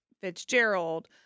Fitzgerald –